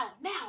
now